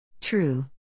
True